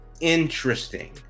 interesting